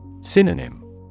Synonym